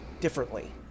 differently